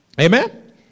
Amen